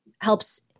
helps